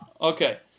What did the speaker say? Okay